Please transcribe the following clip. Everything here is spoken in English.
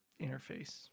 interface